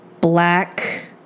Black